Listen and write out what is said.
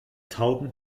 tauben